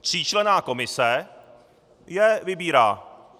Tříčlenná komise je vybírá.